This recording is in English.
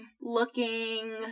looking